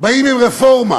באים עם רפורמה.